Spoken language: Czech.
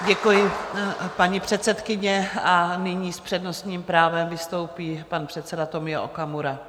Děkuji, paní předsedkyně, a nyní s přednostním právem vystoupí pan předseda Tomio Okamura.